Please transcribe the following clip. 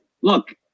look